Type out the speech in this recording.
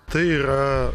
tai yra